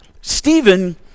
Stephen